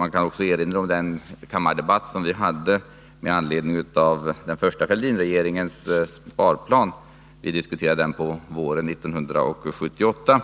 Jag kan också erinra om den kammardebatt som vi hade med anledning av den första Fälldinregeringens sparplan. Vi diskuterade den på våren 1978.